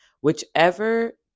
whichever